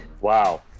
wow